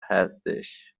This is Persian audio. هستش